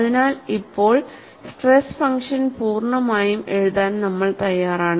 അതിനാൽ ഇപ്പോൾ stress function പൂർണ്ണമായും എഴുതാൻ നമ്മൾ തയ്യാറാണ്